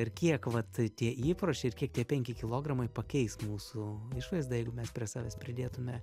ir kiek vat tie įpročiai ir kiek tie penki kilogramai pakeis mūsų išvaizdą jeigu mes prie savęs pridėtume